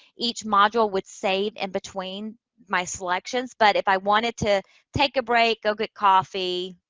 each module would save in between my selections. but if i wanted to take a break, go get coffee,